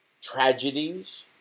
tragedies